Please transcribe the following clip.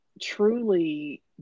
truly